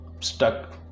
stuck